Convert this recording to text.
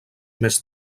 més